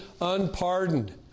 unpardoned